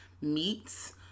meats